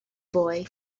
boy